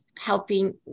helping